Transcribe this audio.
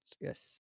Yes